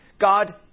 God